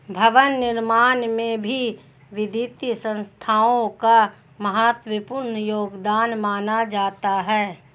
भवन निर्माण में भी वित्तीय संस्थाओं का महत्वपूर्ण योगदान माना जाता है